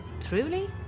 Truly